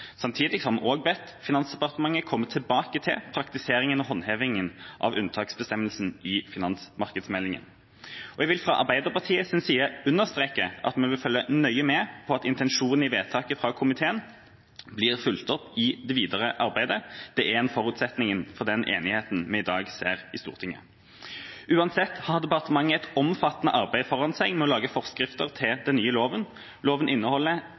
Samtidig har vi bedt Finansdepartementet komme tilbake til praktisering og håndheving av unntaksbestemmelsen i finansmarkedsmeldingen. Jeg vil fra Arbeiderpartiets side understreke at vi vil følge nøye med på at intensjonene i vedtaket fra finanskomiteen blir fulgt opp i det videre arbeidet. Det er en forutsetning for den enigheten vi i dag ser i Stortinget. Uansett har departementet et omfattende arbeid foran seg med å lage forskrifter til den nye loven. Loven